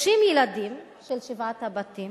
30 ילדים של שבעת הבתים